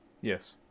Yes